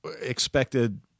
expected